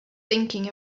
thinking